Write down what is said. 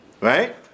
Right